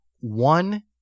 One